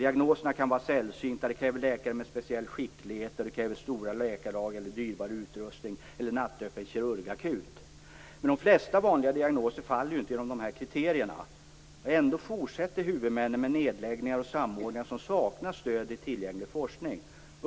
Diagnoserna kan vara sällsynta. Det kräver läkare med speciell skicklighet, stora läkarlag, dyrbar utrustning eller nattöppen kirurgakut. Men de flesta vanliga diagnoser faller ju inte inom de här kriterierna. Ändå fortsätter huvudmännen med nedläggningar och samordningar som saknar stöd i tillgänglig forskning.